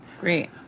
great